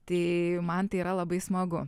tai man tai yra labai smagu